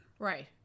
Right